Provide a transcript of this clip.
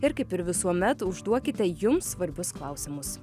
ir kaip ir visuomet užduokite jums svarbius klausimus